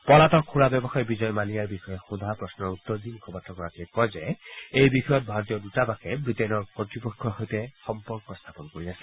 পলাতক সুৰা ব্যৱসায়ী বিজয় মালিয়াৰ বিষয়ে সোধা প্ৰশ্নৰ উত্তৰ দি মুখপাত্ৰ গৰাকীয়ে কয় যে এই বিষয়ত ভাৰতীয় দৃতাবাসে ৱিটেইনৰ কৰ্তৃপক্ষৰ সৈতে সম্পৰ্ক স্থাপন কৰি আছে